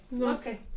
Okay